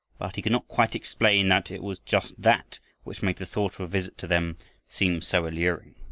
but he could not quite explain that it was just that which made the thought of visit to them seem so alluring,